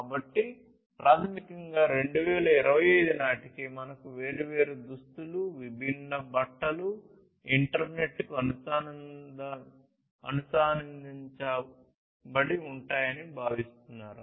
కాబట్టి ప్రాథమికంగా 2025 నాటికి మనకు వేర్వేరు దుస్తులు విభిన్న బట్టలు ఇంటర్నెట్కు అనుసంధానించబడి ఉంటాయని భావిస్తున్నారు